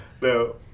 no